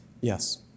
Yes